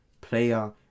player